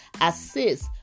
assist